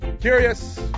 Curious